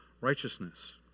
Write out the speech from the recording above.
righteousness